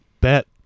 bet